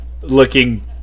looking